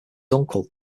uncle